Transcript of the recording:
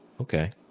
Okay